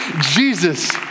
Jesus